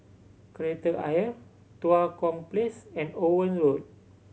Kreta Ayer Tua Kong Place and Owen Road